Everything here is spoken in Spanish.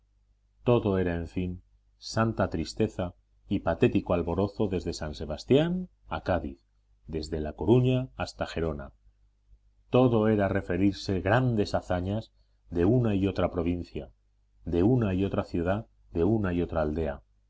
todo era en fin santa tristeza y patético alborozo desde san sebastián a cádiz desde la coruña hasta gerona todo era referirse grandes hazañas de una y otra provincia de una y otra ciudad de una y otra aldea